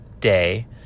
day